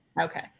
Okay